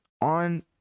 on